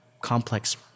complex